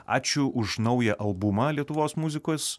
ačiū už naują albumą lietuvos muzikos